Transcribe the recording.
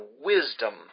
wisdom